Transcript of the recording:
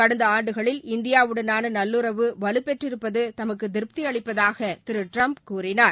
கடந்த ஆண்டுகளில் இந்தியாவுடனான நல்லுறவு வலுப்பெற்றிருப்பது தமக்கு திருப்தி அளிப்பதாக அதிபர் திரு ட்டிரம்ப் கூறினார்